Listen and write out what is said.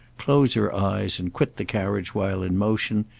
close her eyes and quit the carriage while in motion,